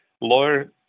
Lawyer